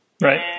Right